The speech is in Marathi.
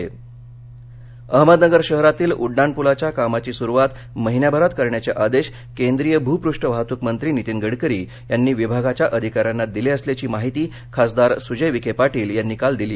पुल अहमदनगर अहमदनगर शहरातील उड्डाण पुलाच्या कामाची सुरूवात महिन्याभरात करण्याचे आदेश केंद्रीय भूपृष्ठवाहतूक मंत्री नितीन गडकरी यांनी विभागाच्या अधिकाऱ्यांना दिले असल्याची माहीती खासदार सूजय विखे पाटील यांनी काल दिली